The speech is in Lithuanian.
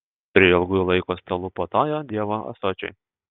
prie ilgųjų laiko stalų puotauja dievo ąsočiai